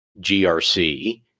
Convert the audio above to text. GRC